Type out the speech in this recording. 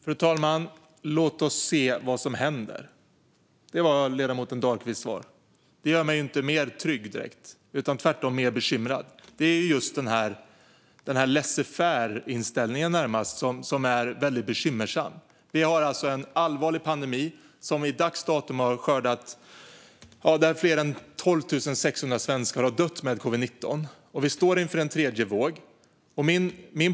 Fru talman! "Låt oss se vad som händer", var ledamoten Dahlqvists svar. Det gör mig inte mer trygg, direkt, utan tvärtom mer bekymrad. Just den här laissez-faire-inställningen är väldigt bekymmersam. Vi har alltså en allvarlig pandemi. Till dags dato har fler än 12 600 svenskar dött med covid-19, och vi står inför en tredje våg.